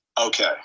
Okay